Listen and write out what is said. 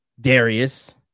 Darius